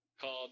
Called